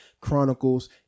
chronicles